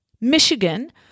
Michigan